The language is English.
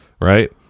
right